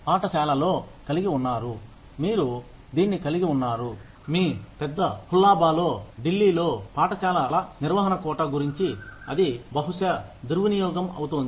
మీరు పాఠశాలలో కలిగి ఉన్నారు మీరు దీన్ని కలిగి ఉన్నారు మీ పెద్ద హుల్లాభాలో ఢిల్లీలో పాఠశాలల నిర్వహణ కోటా గురించి అది బహుశా దుర్వినియోగం అవుతోంది